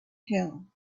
hell